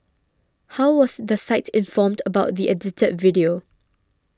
how was the site informed about the edited video